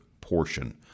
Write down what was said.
portion